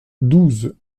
douze